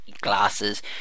glasses